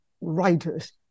writers